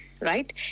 Right